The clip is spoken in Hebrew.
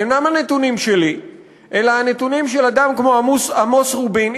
אינם הנתונים שלי אלא נתונים של אדם כמו עמוס רובין,